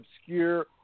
obscure